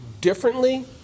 differently